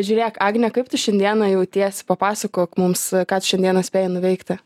žiūrėk agne kaip tu šiandieną jautiesi papasakok mums ką tu šiandieną spėjai nuveikti